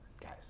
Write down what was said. guys